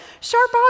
sharp